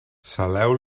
saleu